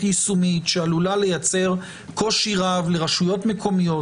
יישומית שעלולה לייצר קושי רב לרשויות מקומיות,